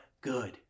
good